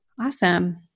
Awesome